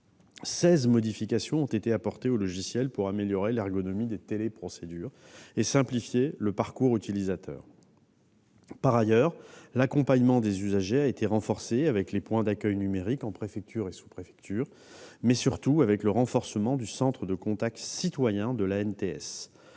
16 modifications ont été apportées au logiciel pour améliorer l'ergonomie des téléprocédures et simplifier le parcours de l'utilisateur. Par ailleurs, l'accompagnement des usagers a été renforcé, avec les points d'accueil numérique, en préfecture et en sous-préfecture, mais surtout avec le renforcement du « centre de contact citoyens » de l'ANTS.